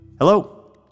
Hello